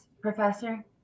professor